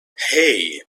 hey